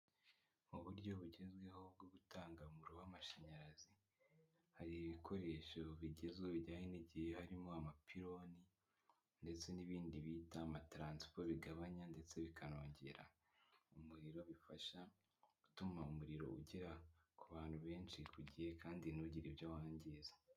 Mu buryo bugezweho bwo gutanga umuriro w'amashanyarazi hari ibikoresho bigezweho bijyanye n'igihe harimo amapiloni ndetse n'ibindi bita amatransfo bigabanya ndetse bikanongera umuriro bifasha gutuma umuriro ugera ku bantu benshi ku gihe kandi ntugire ibyo wangiza.